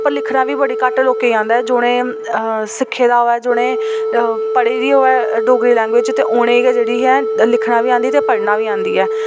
पर लिखना बी बड़ी घट्ट लोकें ई आंदा ऐ जु'नें अ सिक्खे दा होऐ जोनें पढ़ी दी होऐ डोगरी लैंग्वेज ते उ'नें गै जेह्ड़ी ऐ लिखना बी आंदी ते पढ़ना बी ऐ